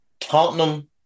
Tottenham